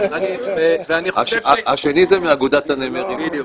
השני זה מאגודת הנמרים.